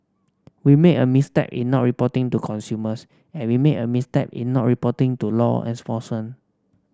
we made a misstep in not reporting to consumers and we made a misstep in not reporting to law